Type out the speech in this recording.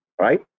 right